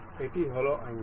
এই হল অ্যাঙ্গেল